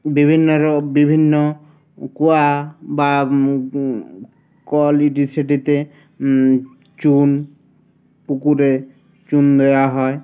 বিভিন্ন র বিভিন্ন কুয়া বা কল ইটি সেটিতে চুন পুকুরে চুন দেওয়া হয়